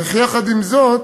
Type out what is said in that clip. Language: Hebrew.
אך יחד עם זאת,